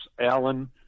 Alan